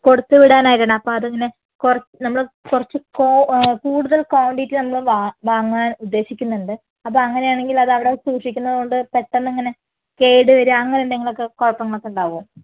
കൊടുത്ത് വിടാനായിരുന്നു അപ്പോൾ അത് ഇങ്ങനെ കൊറ നമ്മള് കുറച്ച് കോ കൂടുതൽ കോണ്ടിറ്റി നമ്മള് വാ വാങ്ങാൻ ഉദ്ദേശിക്കുന്നുണ്ട് അപ്പം അങ്ങനെയാണെങ്കില് അത് അവിടെ സൂക്ഷിക്കുന്നതുകൊണ്ട് പെട്ടന്നങ്ങനെ കേട് വരിക അങ്ങനെന്തെങ്കിലു ഒക്കെ കുഴപ്പങ്ങളൊക്കെ ഉണ്ടാകുമോ